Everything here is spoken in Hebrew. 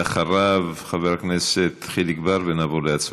ואחריו, חבר הכנסת חיליק בר, ונעבור להצבעה.